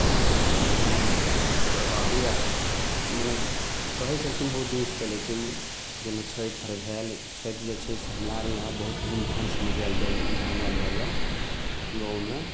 जेकि हमर परबाबे आर मने कहैत छलखिन बहुत दिन से चलैत छै ई जेना छठि आर भेल छठि जे छै से हमरा यहाँ बहुत धूमधाम से मजाएल जाइत मनायल जैए गाँवमे